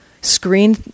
screen